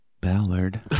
Ballard